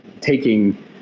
taking